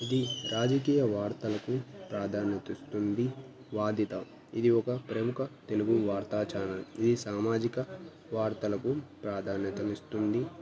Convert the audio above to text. ఇది రాజకీయ వార్తలకు ప్రాధాన్యతనిస్తుంది వాదిత ఇది ఒక ప్రముఖ తెలుగు వార్తా ఛానల్ ఇది సామాజిక వార్తలకు ప్రాధాన్యతనిస్తుంది